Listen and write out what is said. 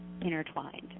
intertwined